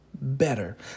better